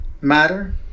matter